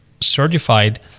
certified